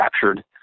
captured